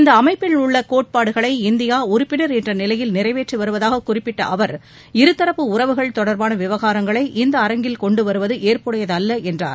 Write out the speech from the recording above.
இந்த அமைப்பில் உள்ள கோட்பாடுகளை இந்தியா உறுப்பினர் என்ற நிலையில் நிறைவேற்றி வருவதாக குறிப்பிட்ட அவர் இருதரப்பு உறவுகள் தொடர்பான விவகாரங்களை இந்த அரங்கில் கொண்டு வருவது ஏற்புடையதல்ல என்றார்